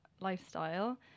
lifestyle